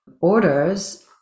orders